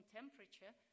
temperature